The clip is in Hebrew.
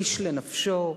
איש לנפשו.